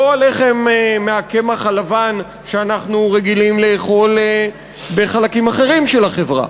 לא הלחם מהקמח הלבן שאנחנו רגילים לאכול בחלקים אחרים של החברה.